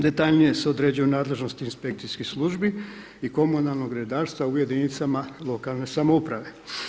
Detaljnije se određuju nadležnosti inspekcijskih službi i komunalnog redarstva u jedinicama lokalne samouprave.